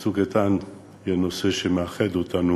ש"צוק איתן" יהיה נושא שמאחד אותנו